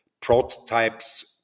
prototypes